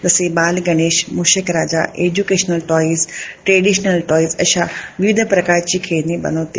जसे Bal Ganesh Mushakraja educational toys traditional toys अशा विविध प्रकारच्या खेळणी बनविते